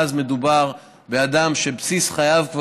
ואז מדובר באדם שבסיס חייו כבר,